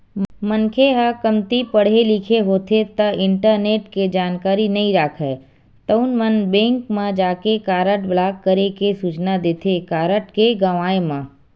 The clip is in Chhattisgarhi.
मनखे ह कमती पड़हे लिखे होथे ता इंटरनेट के जानकारी नइ राखय तउन मन बेंक म जाके कारड ब्लॉक करे के सूचना देथे कारड के गवाय म